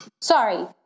Sorry